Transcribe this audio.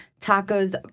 tacos